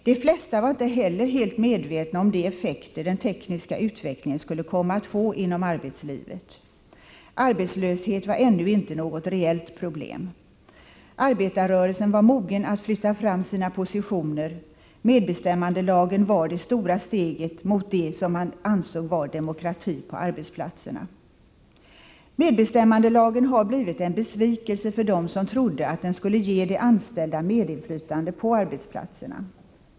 De flesta var inte heller helt medvetna om de effekter den tekniska utvecklingen skulle komma att få inom arbetslivet. Arbetslöshet var ännu inte något reellt problem. Arbetarrörelsen var mogen att flytta fram sina positioner. Medbestämmandelagen var det stora steget mot det som ansågs vara demokrati på arbetsplatserna. Medbestämmandelagen har blivit en besvikelse för dem som trodde att den skulle ge de anställda medinflytande på arbetsplatserna.